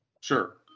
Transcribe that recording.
Sure